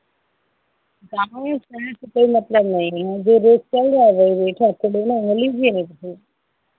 गाँव में उस तरह से कोई मतलब नहीं है यहाँ जो रेट चल रहा है वही रेट है आपको लेना है लीजिए नहीं तो फिर